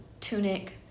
tunic